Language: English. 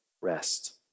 rest